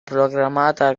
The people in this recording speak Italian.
proclamata